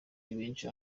benshi